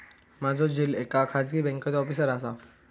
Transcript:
माझो झिल एका खाजगी बँकेत ऑफिसर असा